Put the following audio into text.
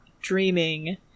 dreaming